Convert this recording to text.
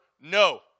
no